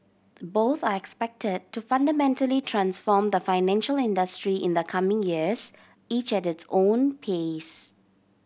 both are expected to fundamentally transform the financial industry in the coming years each at its own pace